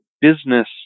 business